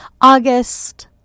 august